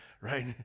right